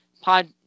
pod